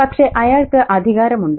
പക്ഷേ അയാൾക്ക് അധികാരമുണ്ട്